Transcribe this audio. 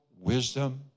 Wisdom